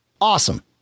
Awesome